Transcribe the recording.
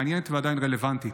מעניינת ועדיין רלוונטית,